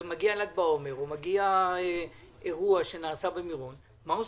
מגיע ל"ג בעומר או מגיע אירוע שנערך במירון מה עושים?